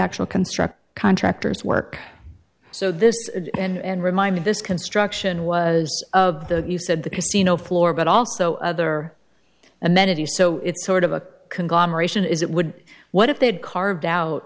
actual construction contractors work so this and remind me this construction was of the you said the casino floor but also other amenities so it's sort of a conglomeration is it would what if they had carved out